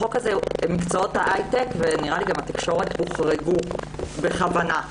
בחוק הזה מקצועות ההייטק ואולי גם התקשורת הוחרגו בכוונה,